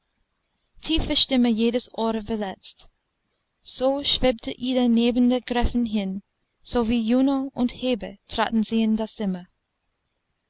tiefe stimme jedes ohr verletzte so schwebte ida neben der gräfin hin so wie juno und hebe traten sie in das zimmer